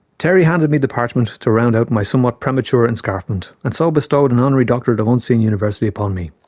terry handed me the parchment to round out my somewhat premature en and scarfment and so bestowed an honorary doctorate of unseen university upon me,